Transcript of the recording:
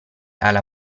alla